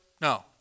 No